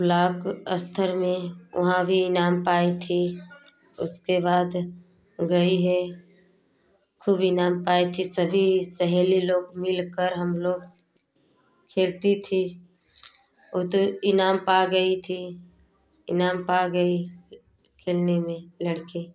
block स्तर में वहाँ भी इनाम पाई थी उसके बाद गई है खूब इनाम पाई थी सभी सहेली लोग मिलकर हम लोग खेलती थी वह तो इनाम पा गई थी इनाम पा गई खेलने में लड़ कर